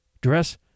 dress